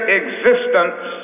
existence